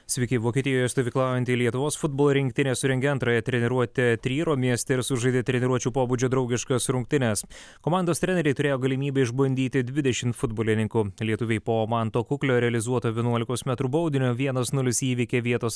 sveiki vokietijoje stovyklaujanti lietuvos futbolo rinktinė surengė antrąją treniruotę tryro mieste ir sužaidė treniruočių pobūdžio draugiškas rungtynes komandos treneriai turėjo galimybę išbandyti dvidešim futbolininkų lietuviai po manto kuklio realizuoto vienuolikos metrų baudinio vienas nulis įveikė vietos